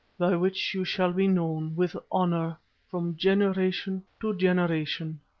by which you shall be known with honour from generation to generation.